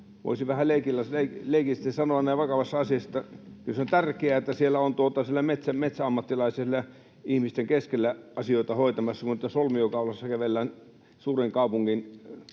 Voisi vähän leikillisesti sanoa näin vakavassa asiassa, että kyllä se on tärkeää, että siellä on metsäammattilaisia ihmisten keskellä asioita hoitamassa — solmio kaulassa kävellään suuren kaupungin